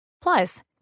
Plus